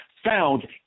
found